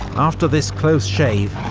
after this close shave,